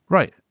Right